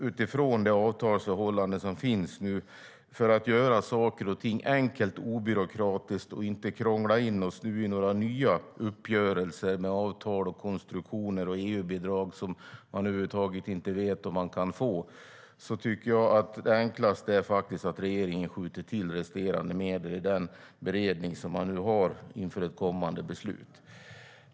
Utifrån det avtalsförhållande som finns och för att göra saker och ting enkelt, obyråkratiskt och utan krångel med nya uppgörelser, avtal och konstruktioner med EU-avdrag, som man inte ens vet om man kan få, vore det enklaste därför att regeringen skjuter till resterande medel i den beredning man har inför kommande beslut.